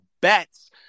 Bets